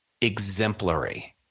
exemplary